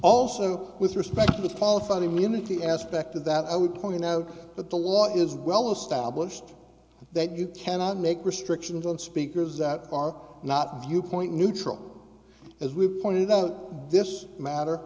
also with respect to the qualified immunity aspect of that i would point out that the law is well established that you cannot make restrictions on speakers that are not viewpoint neutral as we've pointed out this matter